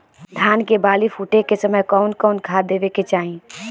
धान के बाली फुटे के समय कउन कउन खाद देवे के चाही?